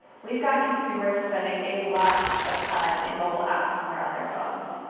we've got consumers spending a lot of time in mobile apps when they're on their phones